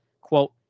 quote